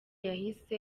yahise